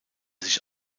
sich